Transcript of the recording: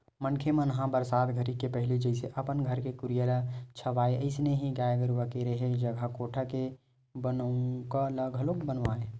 मनखे मन ह बरसात घरी के पहिली जइसे अपन घर कुरिया ल छावय अइसने ही गाय गरूवा के रेहे जघा कोठा के बनउका ल घलोक बनावय